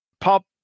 Pop